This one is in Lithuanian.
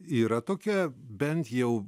yra tokia bent jau